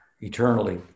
eternally